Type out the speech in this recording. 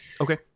Okay